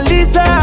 Lisa